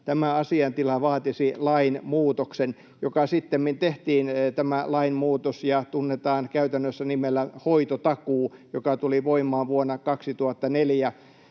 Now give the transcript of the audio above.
tämä asiaintila vaatisi lainmuutoksen, joka sittemmin tehtiin, tämä lainmuutos, ja tunnetaan käytännössä nimellä hoitotakuu, joka tuli voimaan vuonna 2004.